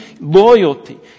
loyalty